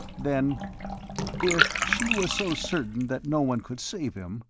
then if she was so certain that no one could save him,